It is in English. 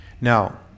Now